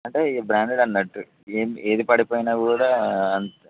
అంటే ఈ బ్రాండెడ్ అన్నట్టు ఏ ఏది పడిపోయినా కూడా అంత